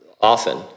often